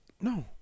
No